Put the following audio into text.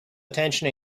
attention